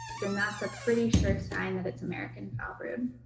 then that's a pretty sure sign that it's american foulbrood.